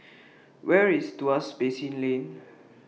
Where IS Tuas Basin Lane